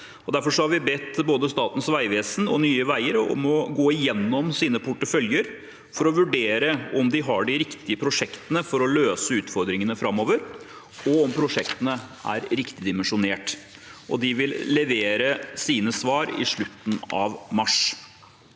Derfor har vi bedt både Statens vegvesen og Nye veier om å gå igjennom sine porteføljer for å vurdere om de har de riktige prosjektene for å løse utfordringene framover, og om prosjektene er riktig dimensjonert. De vil levere sine svar i slutten av mars.